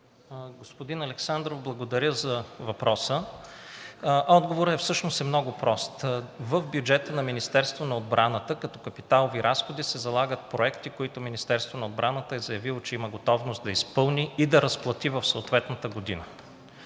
Господин Александров, благодаря за въпроса. Отговорът всъщност е много прост. В бюджета на Министерството на отбраната като капиталови разходи се залагат проекти, за които Министерството на отбраната е заявило, че има готовност да изпълни и да разплати в съответната година.